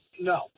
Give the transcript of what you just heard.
No